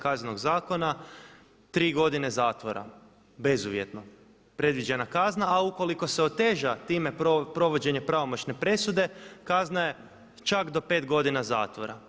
Kaznenog zakona, tri godine zatvora bezuvjetno predviđena kazna, a ukoliko se oteža time provođenja pravomoćne presude kazna je čak do pet godina zatvora.